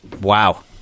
Wow